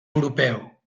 europeu